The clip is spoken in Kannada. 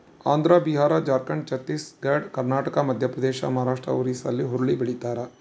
ಆಂಧ್ರ ಬಿಹಾರ ಜಾರ್ಖಂಡ್ ಛತ್ತೀಸ್ ಘಡ್ ಕರ್ನಾಟಕ ಮಧ್ಯಪ್ರದೇಶ ಮಹಾರಾಷ್ಟ್ ಒರಿಸ್ಸಾಲ್ಲಿ ಹುರುಳಿ ಬೆಳಿತಾರ